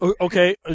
Okay